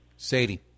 Sadie